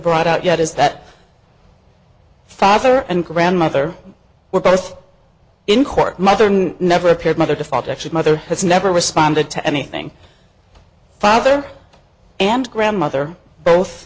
brought out yet is that father and grandmother were both in court mother never appeared mother to father actually mother has never responded to anything father and grandmother both